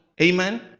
Amen